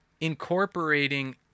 incorporating